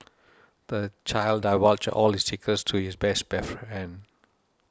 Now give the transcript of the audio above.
the child divulged all his secrets to his best friend